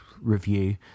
review